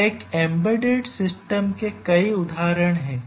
एक embedded system के कई उदाहरण हैं